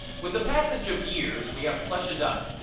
with the passage of years we have fleshened up,